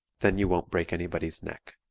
then you won't break anybody's neck.